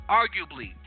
arguably